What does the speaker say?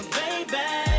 baby